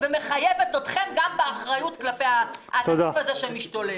אל מול הנגיף הזה שמשתולל.